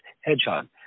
hedgehog